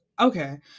okay